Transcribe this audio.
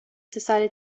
decided